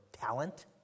talent